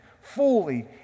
fully